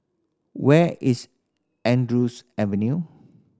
where is Andrews Avenue